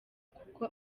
kuko